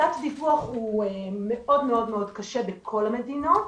תת הדיווח הוא מאוד מאוד קשה בכל המדינות.